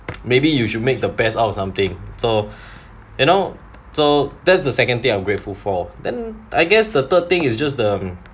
maybe you should make the best out of something so you know so that's the second thing I am grateful for then I guess the third thing is just the mm